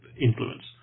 influence